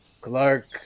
Clark